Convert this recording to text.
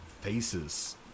Faces